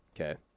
Okay